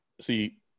See –